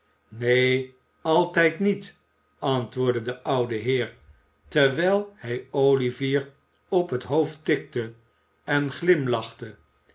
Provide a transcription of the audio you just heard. neen altijd niet antwoordde de oude heer terwijl hij olivier op het hoofd tikte en glimlachte